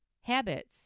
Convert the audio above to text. habits